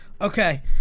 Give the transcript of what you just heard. Okay